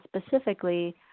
specifically